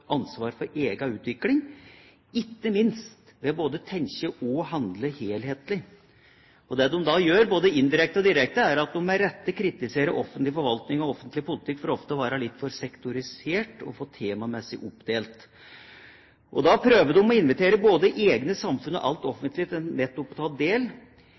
ansvar for egen utvikling, ikke minst ved både å tenke og handle helhetlig. Det de da gjør, både indirekte og direkte, er at de, med rette, kritiserer offentlig forvaltning og offentlig politikk for ofte å være litt for sektorisert og temamessig oppdelt. De prøver å invitere både egne samfunn og det offentlige til nettopp å ta del